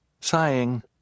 Sighing